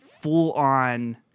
full-on